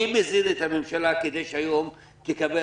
מי מזין את הממשלה כדי שהיום תקבל